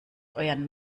euren